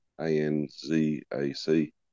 A-N-Z-A-C